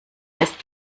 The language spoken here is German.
ist